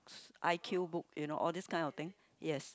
I_Q book you know all this kind of thing yes